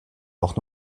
auch